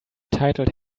titled